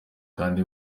kandi